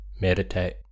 meditate